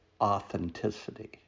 authenticity